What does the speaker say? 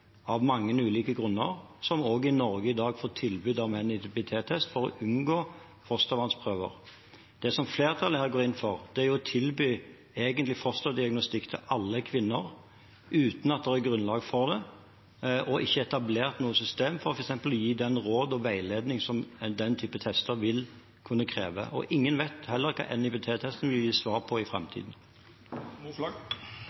av mange ulike grunner – som i Norge i dag også får tilbud om NIPT-test for å unngå fostervannsprøver. Det som flertallet her går inn for, er egentlig å tilby fosterdiagnostikk til alle kvinner uten at det er grunnlag for det eller etablert noe system for f.eks. å gi de råd og den veiledning som denne typen tester vil kunne kreve. Ingen vet heller hva NIPT-testen vil gi svar på i